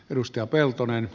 ruskea peltonen